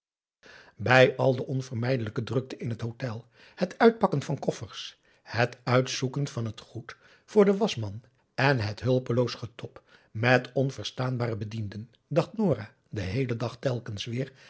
bij al de onvermijdelijke drukte in het hotel het uitpakken van koffers het uitzoeken van het goed voor den waschman en het hulpeloos getob met onverstaanbare bedienden dacht nora den heelen dag telkens weer